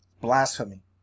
Blasphemy